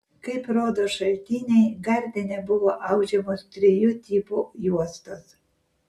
kaip rodo šaltiniai gardine buvo audžiamos trijų tipų juostos